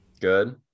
Good